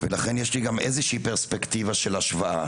לכן יש לי גם איזו פרספקטיבה של השוואה.